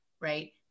right